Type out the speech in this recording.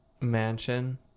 Mansion